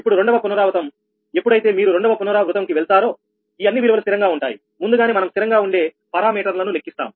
ఇప్పుడు రెండవ పునరావృతం ఎప్పుడైతే మీరు రెండవ పునరావృతం కి వెళ్తారో ఈ అన్ని విలువలు స్థిరంగా ఉంటాయి ముందుగానే మనం స్థిరంగా ఉండే పారామీటర్లను లెక్కిస్తాము